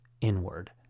inward